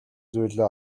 зүйлээ